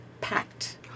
packed